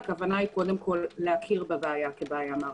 הכוונה היא קודם כל להכיר בבעיה כבעיה מערכתית.